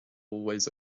always